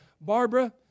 Barbara